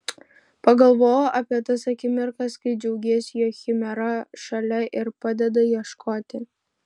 pagalvojo apie tas akimirkas kai džiaugėsi jog chimera šalia ir padeda ieškoti